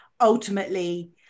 ultimately